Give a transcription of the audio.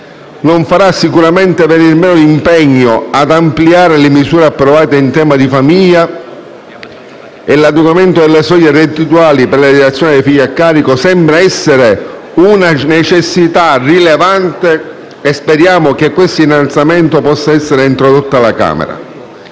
non farà sicuramente venir meno l'impegno ad ampliare le misure approvate in tema di famiglia. L'adeguamento delle soglie reddituali per le detrazioni per i figli a carico sembra essere una necessità rilevante e speriamo che questo innalzamento possa essere introdotto alla Camera.